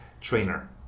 trainer